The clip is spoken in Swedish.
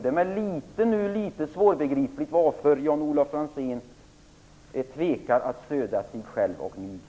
Det är litet svårt att förstå varför Jan-Olof Franzén är tveksam till att stödja sig själv och mig.